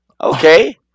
Okay